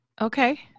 Okay